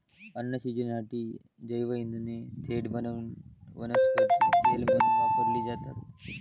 अन्न शिजवण्यासाठी जैवइंधने थेट वनस्पती तेल म्हणून वापरली जातात